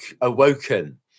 awoken